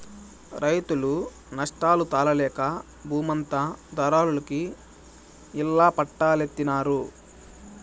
రైతులు నష్టాలు తాళలేక బూమంతా దళారులకి ఇళ్ళ పట్టాల్జేత్తన్నారు